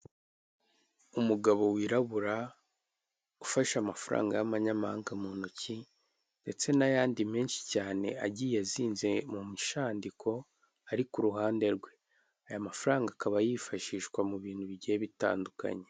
Umugabo wirabura ufasha amafaranga y'amanyamahanga mu ntoki, ndetse n'ayandi menshi cyane agiye azinze mu mushandiko ari ku ruhande rwe, aya mafaranga akaba yifashishwa mu bintu bigiye bitandukanye.